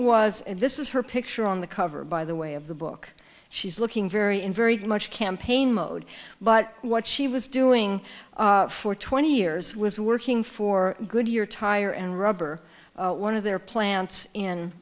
was this is her picture on the cover by the way of the book she's looking very in very much campaign mode but what she was doing for twenty years was working for goodyear tire and rubber one of their plants in